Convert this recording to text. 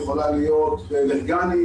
יכולה להיות לאלרגנים,